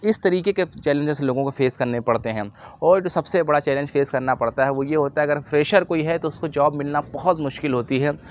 اِس طریقے کے چیلنجز لوگوں کو فیس کرنے پڑتے ہیں اور جو سب سے بڑا چیلنج فیس کرنا پڑتا ہے وہ یہ ہوتا ہے اگر فریشر کوئی ہے تو اُس کو جاب ملنا بہت مشکل ہوتی ہے